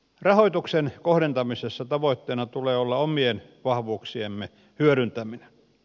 rahoituksen kohdentamisessa tavoitteena tulee olla omien vahvuuksiemme hyödyntäminen